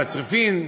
בצריפין,